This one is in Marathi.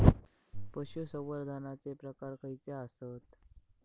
पशुसंवर्धनाचे प्रकार खयचे आसत?